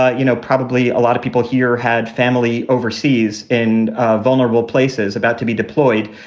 ah you know, probably a lot of people here had family overseas in ah vulnerable places about to be deployed.